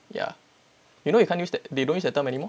ya you know you can't use that they don't use that time anymore